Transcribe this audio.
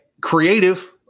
creative